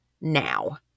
now